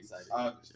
excited